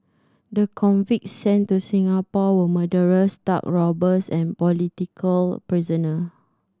the convicts sent to Singapore were murderers thug robbers and political prisoner